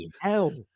Hell